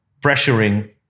pressuring